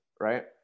right